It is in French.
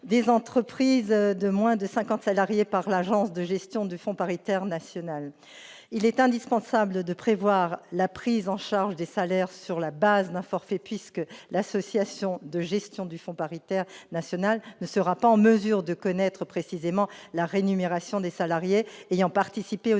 des entreprises de moins de 50 salariés par l'association de gestion du Fonds paritaire national. Il est indispensable de prévoir la prise en charge de ces salaires sur la base d'un forfait, puisque l'association ne sera pas en mesure de connaître précisément la rémunération des salariés ayant participé aux